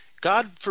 God